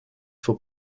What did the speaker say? for